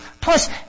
Plus